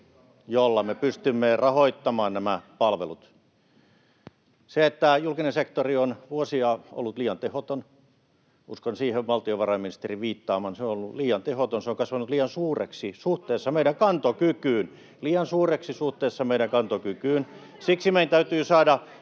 joilla me pystymme rahoittamaan nämä palvelut. Se, että julkinen sektori on vuosia ollut liian tehoton, uskon siihen valtiovarainministerin viittaamaan, se on ollut liian tehoton, se on kasvanut liian suureksi suhteessa meidän kantokykyyn — liian suureksi